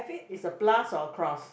it's a plus or cross